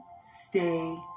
stay